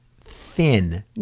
thin